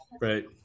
Right